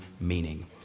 meaning